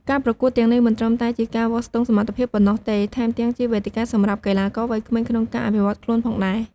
ការប្រកួតទាំងនេះមិនត្រឹមតែជាការវាស់ស្ទង់សមត្ថភាពប៉ុណ្ណោះទេ ថែមទាំងជាវេទិកាសម្រាប់កីឡាករវ័យក្មេងក្នុងការអភិវឌ្ឍខ្លួនផងដែរ។